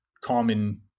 common